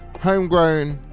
homegrown